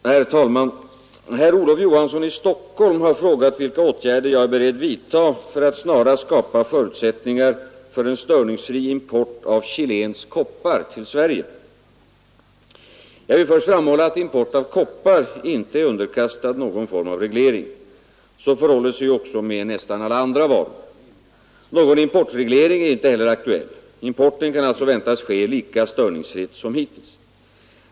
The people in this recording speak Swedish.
Herr talman! Herr Olof Johansson i Stockholm har frågat vilka åtgärder jag är beredd att vidta för att snarast skapa förutsättningar för en störningsfri import av chilensk koppar till Sverige. Jag vill först framhålla att import av koppar inte är underkastad någon form av reglering. Så förhåller det sig ju också med nästan alla andra varor. Någon importreglering är inte heller aktuell. Importen kan alltså väntas ske lika störningsfritt som hittills.